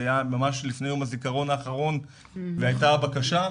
זה היה ממש לפני יום הזיכרון האחרון והייתה בקשה,